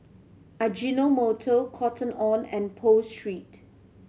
Ajinomoto Cotton On and Pho Street